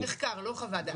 מחקר, לא חוות דעת.